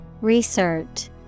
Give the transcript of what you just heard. Research